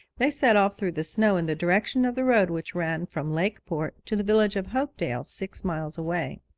they set off through the snow in the direction of the road which ran from lakeport to the village of hopedale, six miles away.